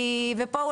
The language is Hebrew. ופה,